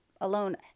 alone